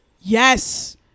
Yes